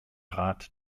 rat